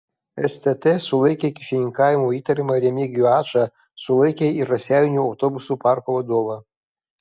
stt sulaikė kyšininkavimu įtariamą remigijų ačą sulaikė ir raseinių autobusų parko vadovą